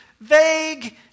vague